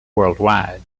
worldwide